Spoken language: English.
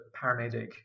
paramedic